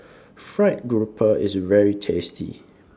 Fried Grouper IS very tasty